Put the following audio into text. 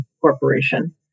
Corporation